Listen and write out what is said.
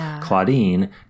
Claudine